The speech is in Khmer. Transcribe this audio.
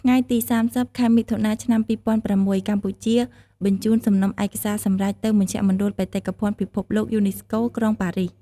ថ្ងៃទី៣០ ខែមិថុនា ឆ្នាំ២០០៦ កម្ពុជាបញ្ជូនសំណុំឯកសារសម្រេចទៅមជ្ឈមណ្ឌលបេតិកភណ្ឌពិភពលោកយូនីស្កូ ក្រុងប៉ារីស។